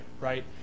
right